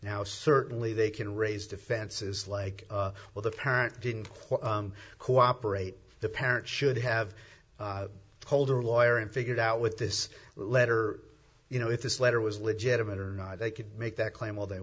now certainly they can raise defenses like well the parent didn't cooperate the parent should have told her lawyer and figured out with this letter you know if this letter was legitimate or not they could make that claim all they